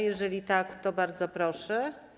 Jeżeli tak, to bardzo proszę.